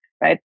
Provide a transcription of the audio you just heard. right